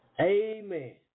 Amen